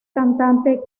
cantante